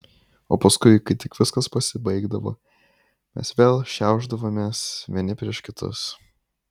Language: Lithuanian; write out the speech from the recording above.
o paskui kai tik viskas pasibaigdavo mes vėl šiaušdavomės vieni prieš kitus